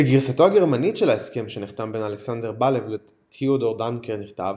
בגרסתו הגרמנית של ההסכם שנחתם בין אלכסנדר בלב לתיאודור דנקר נכתב,